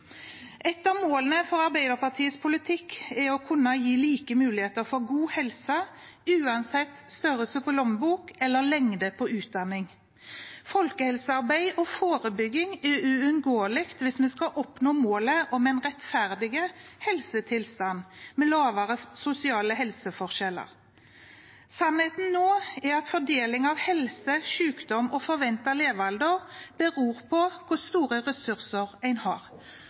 Et av målene for Arbeiderpartiets politikk er å kunne gi like muligheter for god helse uansett størrelse på lommebok eller lengde på utdanning. Folkehelsearbeid og forebygging er uunngåelig hvis vi skal oppnå målet om en rettferdig helsetilstand, med lavere sosiale helseforskjeller. Sannheten nå er at fordelingen av helse, sykdom og forventet levealder beror på hvor store ressurser en har.